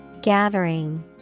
Gathering